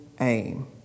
aim